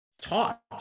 taught